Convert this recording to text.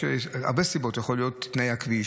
יש הרבה סיבות: זה יכול להיות תנאי הכביש,